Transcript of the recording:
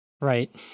Right